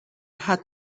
حتی